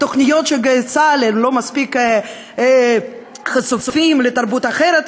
"גלי צה"ל" לא מספיק חשופות לתרבות אחרת.